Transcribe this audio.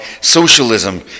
socialism